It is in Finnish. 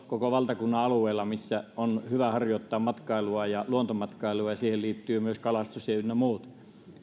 koko valtakunnan alueella tietynlainen verkosto missä on hyvä harjoittaa matkailua ja luontomatkailua ja siihen liittyvät myös kalastus ynnä muut